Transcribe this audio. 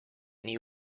nii